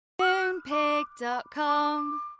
Moonpig.com